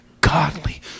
godly